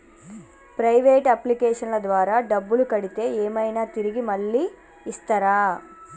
Private అప్లికేషన్ల ద్వారా డబ్బులు కడితే ఏమైనా తిరిగి మళ్ళీ ఇస్తరా?